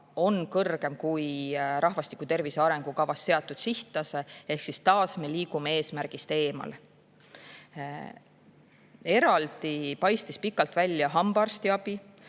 on kõrgem kui rahvastiku tervise arengukavas seatud sihttase. Ehk siis taas me liigume eesmärgist eemale. Eraldi paistis pikalt välja hambaarstiabi,